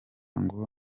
ngo